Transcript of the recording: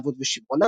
על אהבות ושברונן,